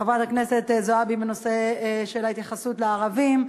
חברת הכנסת זועבי בנושא של ההתייחסות לערבים,